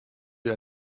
wir